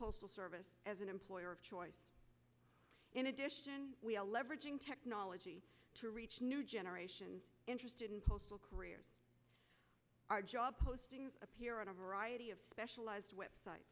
postal service as an employer of choice in addition we are leveraging technology to reach new generation interested in postal careers are job postings appear on a variety of specialized website